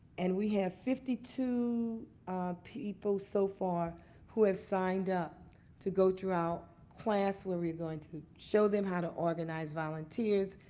and we have fifty two people so far who has so lined up to go to our class where we're going to show them how to organize volunteers.